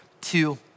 two